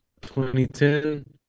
2010